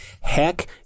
Heck